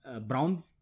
brown